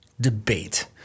debate